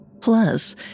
Plus